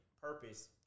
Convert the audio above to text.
purpose